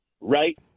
right